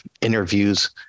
interviews